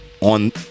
on